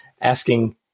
asking